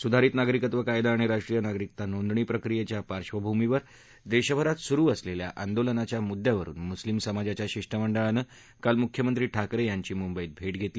सुधारित नागरिकत्त्व कायदा आणि राष्ट्रीय नागरिकता नोंदणी प्रक्रियेच्या पार्श्वभूमीवर देशभरात सुरू असलेल्या आंदोलनाच्या मुद्यावरून मुस्लिम समाजाच्या शिष्टमंडळानं काल मुख्यमंत्री ठाकरे यांची मुंबईत भेट्येतली